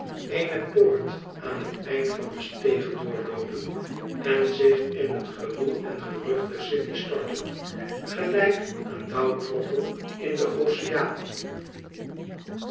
eene poort aan het eind van de steeg doorloopen en zich in het gewoel en gerucht der city storten gelijk een dauwdroppel in den oceaan